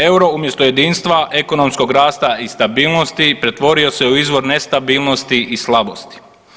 EUR-o umjesto jedinstva, ekonomskog rasta i stabilnosti pretvorio se u izvor nestabilnosti i slabosti.